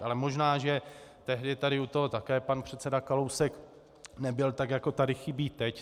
Ale možná že tehdy tady u toho také pan předseda Kalousek nebyl, tak jako tady chybí teď.